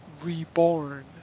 reborn